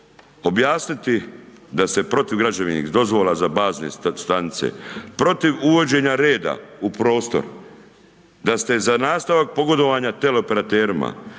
objasniti da ste protiv građevnih dozvola za bazne stanice, protiv uvođenja rade u prostor, da ste za nastavak pogodovanja teleoperaterima.